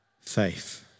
faith